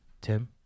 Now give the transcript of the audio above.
Tim